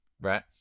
right